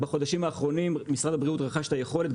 בחודשים האחרונים משרד הבריאות רכש את היכולת,